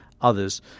others